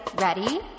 Ready